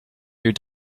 your